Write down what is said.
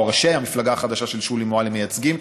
ראשי המפלגה החדשה של שולי מועלם מייצגים,